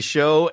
Show